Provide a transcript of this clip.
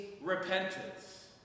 repentance